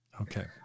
Okay